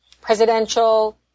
presidential